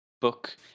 book